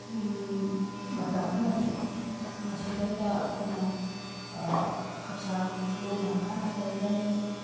ꯃꯇꯝ ꯑꯃꯅꯤ ꯃꯁꯤꯗꯒꯤꯁꯤꯗ ꯑꯩꯈꯣꯏꯅ ꯍꯛꯆꯥꯡ ꯂꯨꯅ ꯅꯥꯟꯅ ꯂꯩꯒꯅꯤ